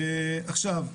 עכשיו,